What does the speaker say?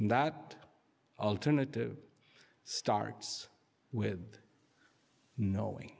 that alternative starts with knowing